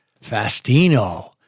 Fastino